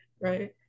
right